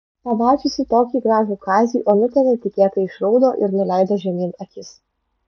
pamačiusi tokį gražų kazį onutė netikėtai išraudo ir nuleido žemyn akis